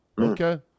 Okay